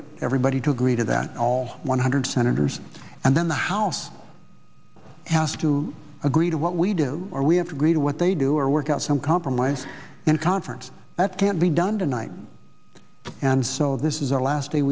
get everybody to agree to that all one hundred senators and then the house have to agree to what we do or we have to agree to what they do or work out some compromise in conference that can't be done tonight and so this is our last day